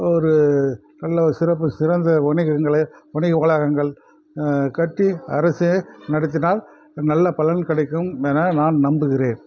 ஒரு நல்ல ஒரு சிறப்பு சிறந்த வணிகங்களை வணிக வளாகங்கள் கட்டி அரசே நடத்தினால் நல்ல பலன் கிடைக்கும் என நான் நம்புகிறேன்